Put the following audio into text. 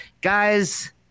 Guys